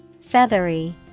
feathery